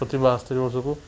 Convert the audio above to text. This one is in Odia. ପ୍ରତି ବାସ୍ତରୀ ବର୍ଷକୁ